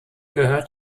gehört